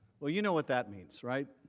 ah you know what that means, right?